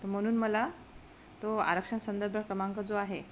तर म्हणून मला तो आरक्षण संदर्भ क्रमांक जो आहे